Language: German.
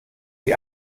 die